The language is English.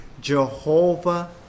Jehovah